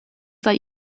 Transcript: sei